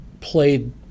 played